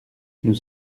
nous